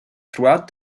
throughout